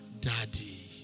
daddy